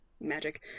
magic